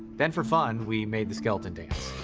then for fun we made the skeleton dance.